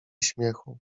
śmiechu